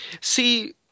See